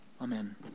Amen